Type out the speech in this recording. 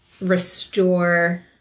restore